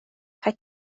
kaj